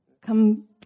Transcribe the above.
Come